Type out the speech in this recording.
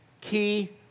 key